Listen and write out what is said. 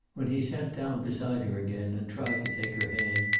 when he sat down beside her again and tried to take her hand,